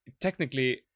technically